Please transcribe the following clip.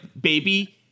Baby